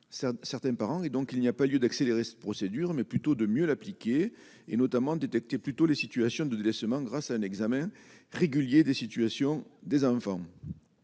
certains parents et donc il n'y a pas lieu d'accélérer cette procédure, mais plutôt de mieux l'appliquer et notamment détecter plus tôt les situations de délaissement grâce à un examen régulier des situations des enfants